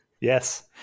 Yes